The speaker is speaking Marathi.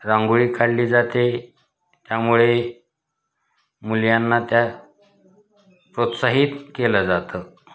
रांगोळी काढली जाते त्यामुळे मुलांना त्या प्रोत्साहित केलं जातं